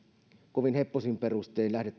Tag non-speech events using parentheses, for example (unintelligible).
kovin heppoisin perustein lähde (unintelligible)